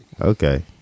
Okay